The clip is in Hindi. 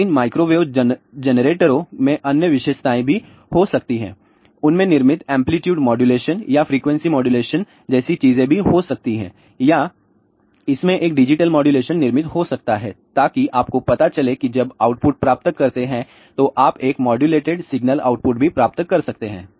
फिर इन माइक्रोवेव जेनरेटरों में अन्य विशेषताएं भी हो सकती हैं उनमें निर्मित एंप्लीट्यूड मॉड्यूलेशन या फ़्रीक्वेंसी मॉड्यूलेशन जैसी चीज़ें भी हो सकती हैं या इसमें एक डिजिटल मॉड्यूलेशन निर्मित हो सकता है ताकि आपको पता चले कि जब आप आउटपुट प्राप्त करते हैं तो आप एक मॉड्यूलेटेड सिग्नल आउटपुट भी प्राप्त कर सकते हैं